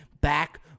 back